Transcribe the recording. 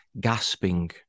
gasping